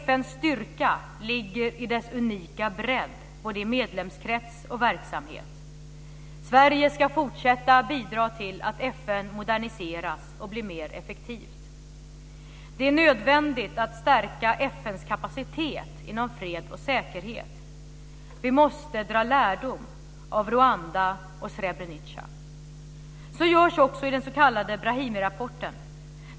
FN:s styrka ligger i dess unika bredd, både i medlemskrets och i verksamhet. Sverige ska fortsätta att bidra till att FN moderniseras och blir mer effektivt. Det är nödvändigt att stärka FN:s kapacitet inom fred och säkerhet. Vi måste dra lärdom av Rwanda och Srebrenica. Så görs också i den s.k. Brahimirapporten.